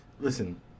listen